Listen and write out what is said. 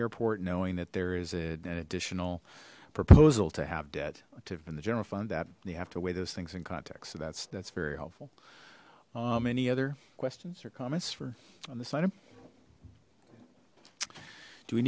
airport knowing that there is an additional proposal to have debt to have been the general fund that you have to weigh those things in context so that's that's very helpful um any other questions or comments for on this item do we